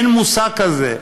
אין מושג כזה,